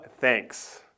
thanks